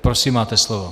Prosím, máte slovo.